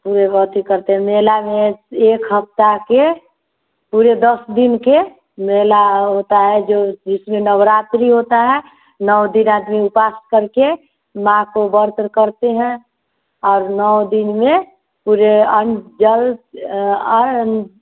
पूरे वाते करते हैं मेला में एक हफ्ता के पूरे दस दिन के मेला होता है जो जिसमें नवरात्रि होता है नौ दिन आदमी उपवास करके माँ को वर्त करते हैं और नौ दिन में पूरे अन्न जल आए